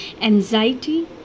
anxiety